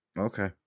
Okay